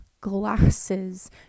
glasses